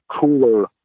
cooler